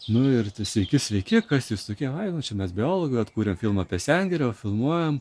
nu ir sveiki sveiki kas jūs tokie ai nu čia mes biologai vat kuriam filmą apie sengirę filmuojam